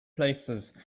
places